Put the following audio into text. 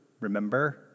remember